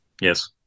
Yes